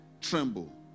tremble